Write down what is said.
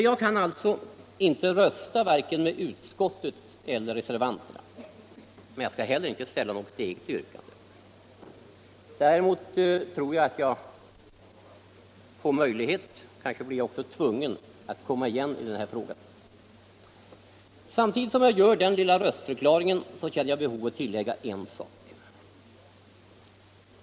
Jag kan alltså inte rösta med vare sig utskottet eller reservanterna. Jag skall heller inte ställa något eget yrkande. Däremot tror jag att jag får möjlighet och kanske blir tvungen att komma igen i den här frågan. Samtidigt som jag gör den lilla röstförklaringen känner jag behov att ulligga en sak.